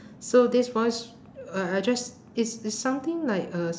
so this voice I I just is is something like uh